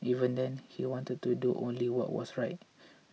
even then he wanted to do only what was right